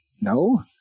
no